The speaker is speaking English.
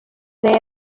their